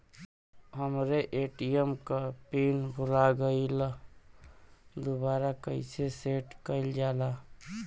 हमरे ए.टी.एम क पिन भूला गईलह दुबारा कईसे सेट कइलजाला?